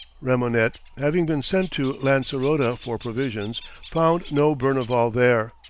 remonnet having been sent to lancerota for provisions, found no berneval there,